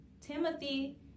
Timothy